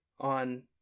on